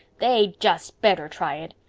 they'd just better try it.